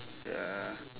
ya